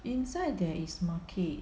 inside there is market